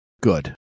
Good